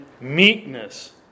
meekness